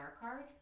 card